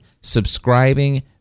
subscribing